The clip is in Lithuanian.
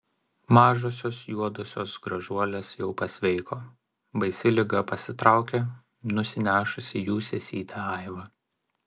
mažosios juodosios gražuolės jau pasveiko baisi liga pasitraukė nusinešusi jų sesytę aivą